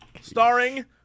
Starring